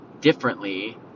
differently